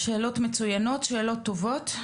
שאלות מצוינות, שאלות טובות.